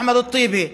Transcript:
אחמד טיבי,